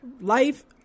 Life